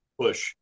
push